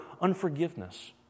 unforgiveness